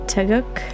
Taguk